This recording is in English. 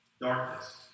darkness